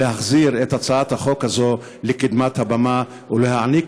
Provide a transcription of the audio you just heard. להחזיר את הצעת החוק הזאת לקדמת הבמה ולהעניק